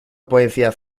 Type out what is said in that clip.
poesías